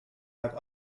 have